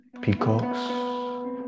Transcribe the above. peacocks